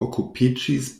okupiĝis